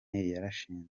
yarashinzwe